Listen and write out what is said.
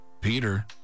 Peter